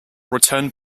returned